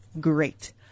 great